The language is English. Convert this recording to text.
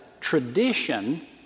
tradition